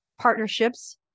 partnerships